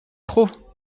trop